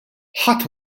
ħadd